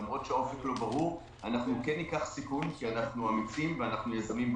למרות שהאופק לא ברור אנחנו כן ניקח סיכון כי אנחנו יזמים באופי,